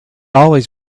always